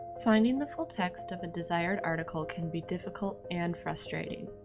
finding the full text of a desired article can be difficult and frustrating.